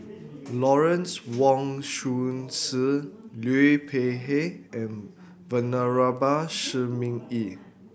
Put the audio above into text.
Lawrence Wong Shyun Liu Peihe and Venerable Shi Ming Yi